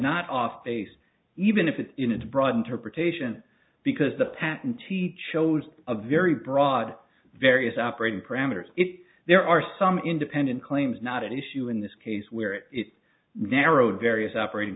not off base even if its in its broad interpretation because the patentee chose a very broad various operating parameters if there are some independent claims not at issue in this case where it narrowed various operating